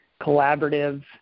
collaborative